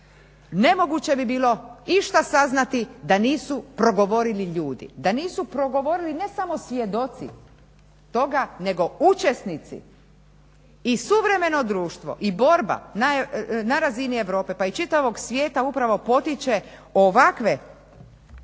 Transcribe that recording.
Nemoguće bi bilo išta saznati da nisu progovorili ljudi. Da nisu progovorili ne smo svjedoci toga, nego učesnici. I suvremeno društvo i borba na razini Europe, pa i čitavog svijeta upravo potiče ovakve